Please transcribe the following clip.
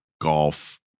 Golf